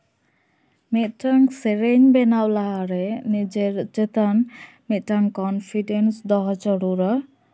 ᱢᱤᱫᱴᱟᱱ ᱥᱮᱨᱮᱧ ᱵᱮᱱᱟᱣ ᱞᱟᱦᱟᱨᱮ ᱱᱤᱡᱮᱨ ᱪᱮᱛᱟᱱ ᱢᱤᱫᱴᱟᱱ ᱠᱚᱱᱯᱷᱤᱰᱮᱱᱥ ᱫᱚᱦᱚ ᱡᱟᱹᱨᱩᱲᱟ